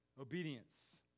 obedience